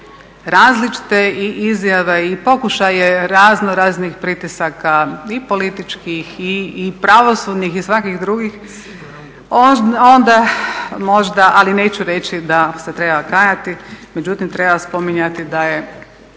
različite izjave i pokušaje raznoraznih pritisaka i političkih i pravosudnih i svakih drugih onda možda ali neću reći da se treba kajati, međutim treba spominjati da je